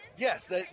Yes